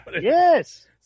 Yes